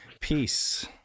peace